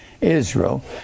Israel